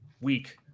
week